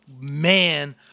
man